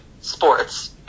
sports